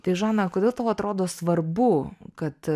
tai žana kodėl tau atrodo svarbu kad